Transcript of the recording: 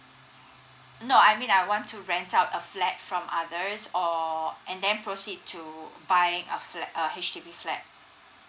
no I mean I want to rent out a flat from others or and then proceed to buying a flat uh a H_D_B flat